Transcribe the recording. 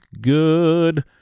good